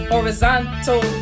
Horizontal